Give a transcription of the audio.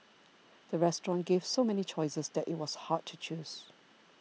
the restaurant gave so many choices that it was hard to choose